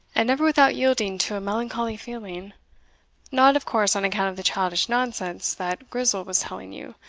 and never without yielding to a melancholy feeling not, of course, on account of the childish nonsense that grizel was telling you,